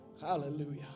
Hallelujah